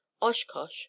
Oshkosh